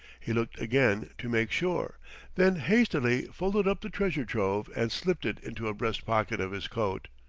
he looked again, to make sure then hastily folded up the treasure-trove and slipped it into a breast pocket of his coat.